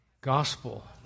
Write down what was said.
Gospel